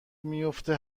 میفته